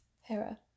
Hera